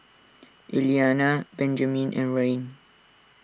Eliana Benjamin and Rayne